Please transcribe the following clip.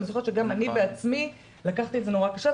אני זוכרת שגם אני בעצמי לקחתי את זה נורא קשה,